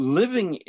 living